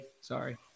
Sorry